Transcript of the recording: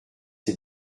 ces